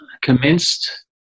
commenced